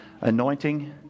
anointing